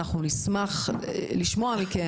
אנחנו נשמח לשמוע מכם,